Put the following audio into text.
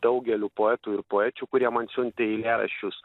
daugeliu poetų ir poečių kurie man siuntė eilėraščius